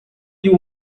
you